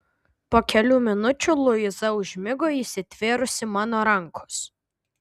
po kelių minučių luiza užmigo įsitvėrusi mano rankos